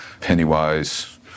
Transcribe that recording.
Pennywise